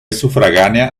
sufragánea